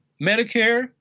Medicare